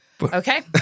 Okay